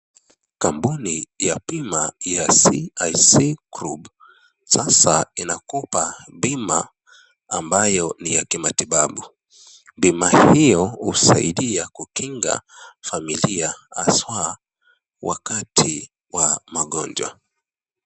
Kambuni ya bima ya CIC group , sasa inakupa bima ambayo ni ya kimatibabu. Bima hiyo usidia kukinga familia haswaa wakati Wa magojwa.